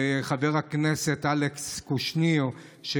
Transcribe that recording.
לחבר הכנסת אלכס קושניר מישראל ביתנו,